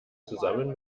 zusammen